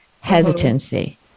hesitancy